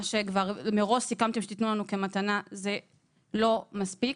שכבר מראש סיכמתם שתתנו לנו כמתנה זה לא מספיק.